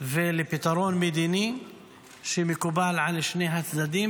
ולפתרון מדיני שמקובל על שני הצדדים,